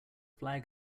flag